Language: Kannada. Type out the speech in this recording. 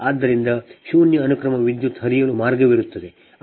ಆದ್ದರಿಂದ ಶೂನ್ಯ ಅನುಕ್ರಮ ವಿದ್ಯುತ್ ಹರಿಯಲು ಮಾರ್ಗವಿರುತ್ತದೆ